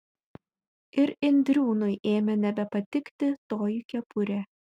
ir indriūnui ėmė nebepatikti toji kepurė